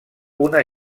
una